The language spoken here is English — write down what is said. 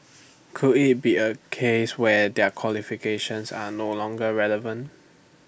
could IT be A case where their qualifications are no longer relevant